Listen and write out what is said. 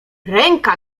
ręka